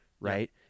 right